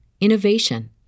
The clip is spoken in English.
innovation